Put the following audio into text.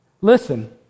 Listen